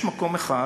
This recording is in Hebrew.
יש מקום אחד,